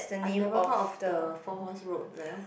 I've never heard of the four horse road well